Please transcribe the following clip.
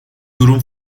durum